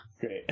Great